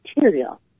material